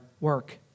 work